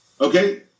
Okay